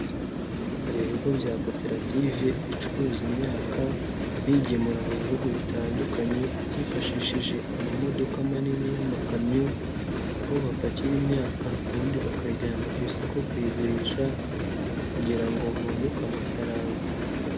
Hari ibigo bya koperative bicuruza imyaka biyigemura mu bihugu bitandukanye byifashishije amamodoka manini y'amakamyo, aho bapakira imyaka ubundi bakayijyana ku isoko kuyigurisha kugira ngo bunguke amafaranga.